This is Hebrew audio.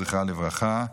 זכרה לברכה.